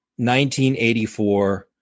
1984